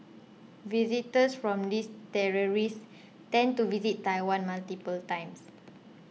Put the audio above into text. visitors from these territories tend to visit Taiwan multiple times